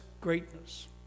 greatness